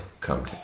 come